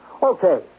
Okay